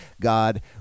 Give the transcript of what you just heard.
God